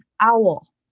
owl